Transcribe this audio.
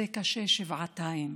זה קשה שבעתיים.